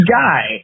guy